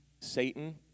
Satan